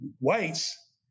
whites